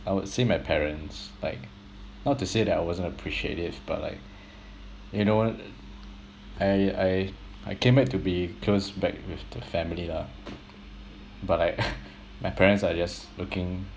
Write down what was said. I would say my parents like not to say that I wasn't appreciative but like you know I I I came back to be close back with the family lah but like my parents are just looking